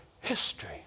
history